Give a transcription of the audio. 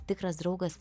tikras draugas